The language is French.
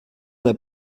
n’a